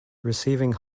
receiving